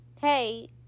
hey